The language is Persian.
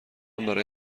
برای